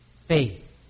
faith